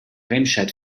remscheid